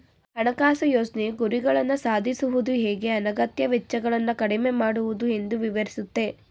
ಹಣಕಾಸು ಯೋಜ್ನೆಯು ಗುರಿಗಳನ್ನ ಸಾಧಿಸುವುದು ಹೇಗೆ ಅನಗತ್ಯ ವೆಚ್ಚಗಳನ್ನ ಕಡಿಮೆ ಮಾಡುವುದು ಎಂದು ವಿವರಿಸುತ್ತೆ